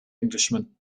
englishman